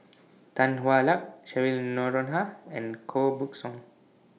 Tan Hwa Luck Cheryl Noronha and Koh Buck Song